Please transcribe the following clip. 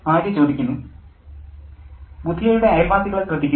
ആര്യ ബുധിയയുടെ അയൽവാസികളെ ശ്രദ്ധിക്കൂ